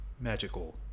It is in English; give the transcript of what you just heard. Magical